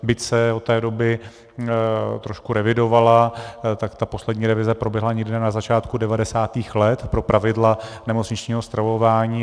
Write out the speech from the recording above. Byť se od té doby trošku revidovala, tak ta poslední revize proběhla někde na začátku devadesátých let pro pravidla nemocničního stravování.